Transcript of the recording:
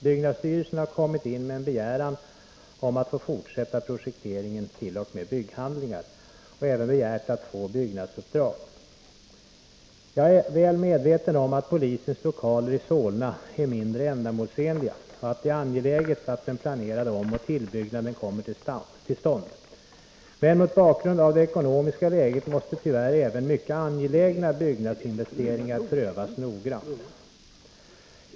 Byggnadsstyrelsen har kommit in med en begäran om att få fortsätta projekteringen t.o.m. bygghandlingar och även begärt att få byggnadsuppdrag. Jag är väl medveten om att polisens lokaler i Solna är mindre ändamålsenliga och att det är angeläget att den planerade omoch tillbyggnaden kommer till stånd. Men mot bakgrund av det ekonomiska läget måste tyvärr även mycket angelägna byggnadsinvesteringar prövas noggrant.